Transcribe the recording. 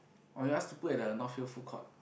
or you ask to put at the Northvale food court